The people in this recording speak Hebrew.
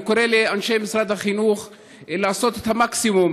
אני קורא לאנשי משרד החינוך לעשות את המקסימום